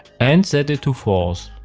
and set it to false.